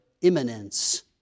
imminence